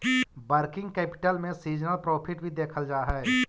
working capital में seasonal profit भी देखल जा हई